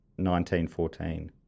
1914